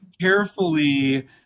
carefully